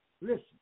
listen